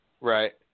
Right